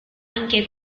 anche